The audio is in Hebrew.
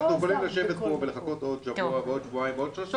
אנחנו יכולים לשבת פה ולחכות עוד שבוע ועוד שבועיים ועוד שלושה,